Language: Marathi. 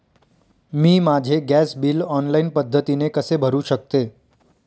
मी माझे गॅस बिल ऑनलाईन पद्धतीने कसे भरु शकते?